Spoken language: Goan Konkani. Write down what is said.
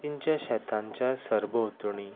तांचे शेतांच्या सरभोंवतणीं